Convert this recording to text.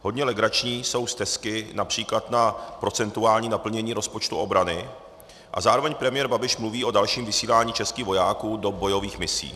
Hodně legrační jsou stesky například na procentuální naplnění rozpočtu obrany a zároveň premiér Babiš mluví o dalším vysílání českých vojáků do bojových misí.